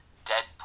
Deadpool